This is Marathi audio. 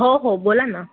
हो हो बोला ना